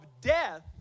death